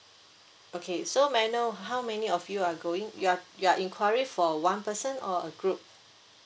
okay so may I know how many of you are going you are you are inquiry for one person or a group